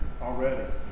already